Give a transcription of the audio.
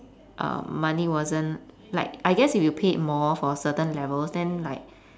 um money wasn't like I guess if you paid more for certain levels then like